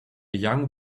young